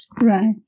Right